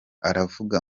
aravuga